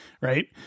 Right